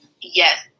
yes